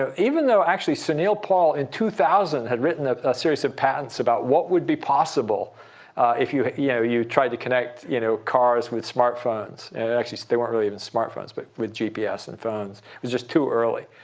ah even though, actually, sunil paul, in two thousand, had written a series of patents about what would be possible if you yeah you tried to connect you know cars with smartphones. actually, they weren't even smartphones, but with gps and phones. it was just too early,